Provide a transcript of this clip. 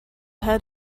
head